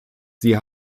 sie